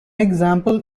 example